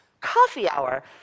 coffee-hour